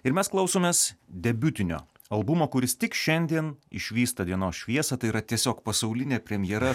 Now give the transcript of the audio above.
ir mes klausomės debiutinio albumo kuris tik šiandien išvysta dienos šviesą tai yra tiesiog pasaulinė premjera